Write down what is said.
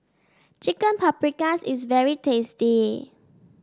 Chicken Paprikas is very tasty